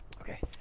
okay